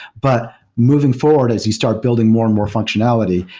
but moving forward, as you start building more and more functionality,